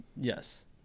Yes